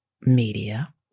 media